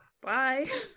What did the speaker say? Bye